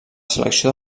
selecció